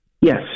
Yes